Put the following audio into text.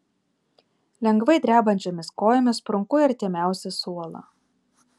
lengvai drebančiomis kojomis sprunku į artimiausią suolą